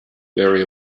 very